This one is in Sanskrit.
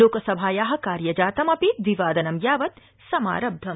लोकसभाया कार्यजातमपि द्वि वादनं यावत् समारब्धम्